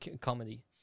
comedy